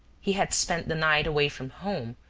he had spent the night away from home,